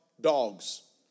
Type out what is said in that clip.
dogs